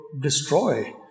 destroy